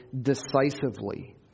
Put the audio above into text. decisively